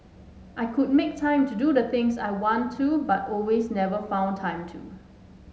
I could make time to do the things I want to but always never found time to